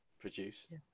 produced